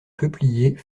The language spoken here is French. peupliers